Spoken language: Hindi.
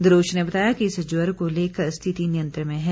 दरोच ने बताया कि इस ज्वर को लेकर स्थिति नियंत्रण में है